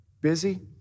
busy